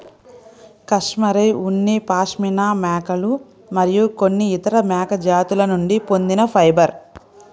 cashmere ఉన్ని పాష్మినా మేకలు మరియు కొన్ని ఇతర మేక జాతుల నుండి పొందిన ఫైబర్